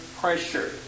pressure